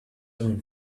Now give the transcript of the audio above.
own